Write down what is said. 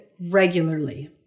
regularly